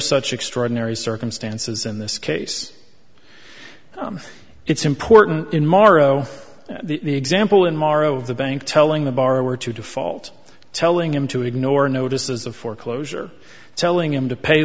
such extraordinary circumstances in this case it's important in morrow the example in morrow of the bank telling the borrower to default telling him to ignore notices of foreclosure telling him to pay